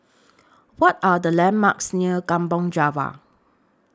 What Are The landmarks near Kampong Java